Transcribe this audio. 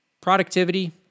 productivity